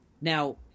Now